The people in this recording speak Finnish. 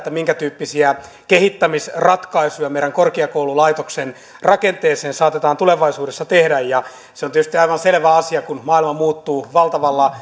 minkä tyyppisiä kehittämisratkaisuja meidän korkeakoululaitoksemme rakenteeseen saatetaan tulevaisuudessa tehdä se on tietysti aivan selvä asia että kun maailma muuttuu valtavalla